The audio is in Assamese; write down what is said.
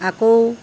আকৌ